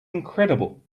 incredible